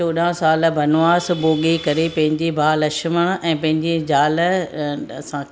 चोॾहां साल वनवास भोॻे करे पंहिंजे भाउ लक्ष्मण ऐं पंहिंजे ज़ाल सां